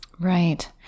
Right